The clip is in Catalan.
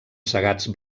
segats